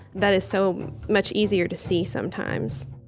that is so much easier to see, sometimes